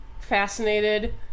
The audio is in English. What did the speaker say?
fascinated